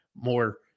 more